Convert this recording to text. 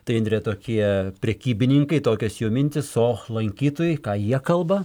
tai indre tokie prekybininkai tokios jų mintys o lankytojai ką jie kalba